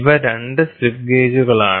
ഇവ 2 സ്ലിപ്പ് ഗേജുകളാണ്